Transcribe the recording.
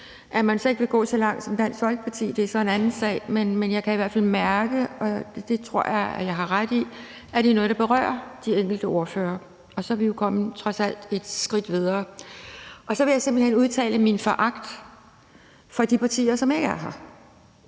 At man så ikke vil gå så langt som Dansk Folkeparti, er så en anden sag, men jeg kan i hvert fald mærke – og det tror jeg at jeg har ret i – at det er noget, der berører de enkelte ordførere, og så er vi jo trods alt kommet et skridt videre. Så vil jeg simpelt hen udtale min foragt for de partier, som ikke er her,